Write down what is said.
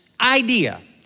idea